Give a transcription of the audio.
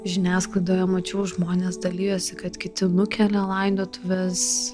žiniasklaidoje mačiau žmonės dalijosi kad kiti nukelia laidotuves